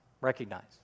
recognize